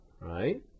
right